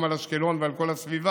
גם על אשקלון ועל כל הסביבה,